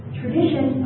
tradition